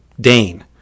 Dane